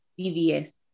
BVS